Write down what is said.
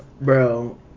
Bro